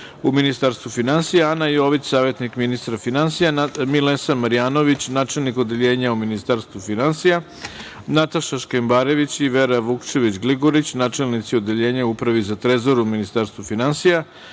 u Ministarstvu finansija, Ana Jović, savetnik ministra finansija, Milesa Marjanović, načelnik odeljenja u Ministarstvu finansija, Nataša Škembarović i Vera Vukčević Gligorić, načelnici odeljenja u Upravi za Trezor u Ministarstvu finansija,